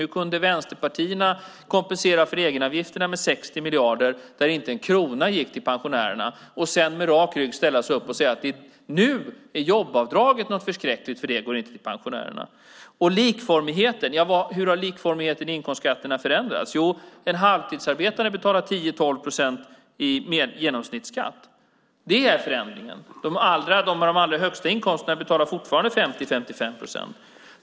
Hur kunde vänsterpartierna kompensera för egenavgifterna med 60 miljarder när inte en krona gick till pensionärerna och sedan med rak rygg ställa sig upp och säga att jobbskatteavdraget nu är något förskräckligt eftersom det inte går till pensionärerna? Hur har likformigheten i inkomstskatterna förändrats? Jo, en halvtidsarbetande person betalar i genomsnitt 10-12 procent i skatt. Det är förändringen. De som har de allra högsta inkomsterna betalar fortfarande 50-55 procent i skatt.